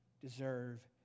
deserve